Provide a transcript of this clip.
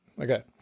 Okay